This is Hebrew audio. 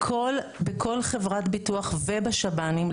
בכל חברת ביטוח ובשב"נים,